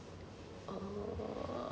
err